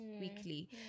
weekly